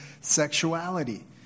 sexuality